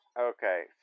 Okay